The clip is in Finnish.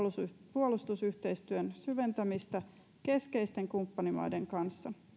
puolustusyhteistyön syventämistä keskeisten kumppanimaiden kanssa